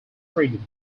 freedom